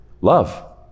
love